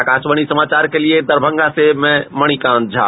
आकाशवाणी समाचार के लिए दरभंगा से मणिकांत झा